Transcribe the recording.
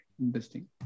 Interesting